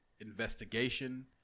investigation